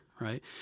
right